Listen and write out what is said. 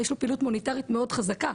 יש לו פעילות מוניטרית מאוד חזקה,